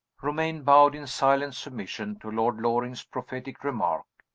romayne bowed in silent submission to lord loring's prophetic remark.